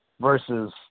versus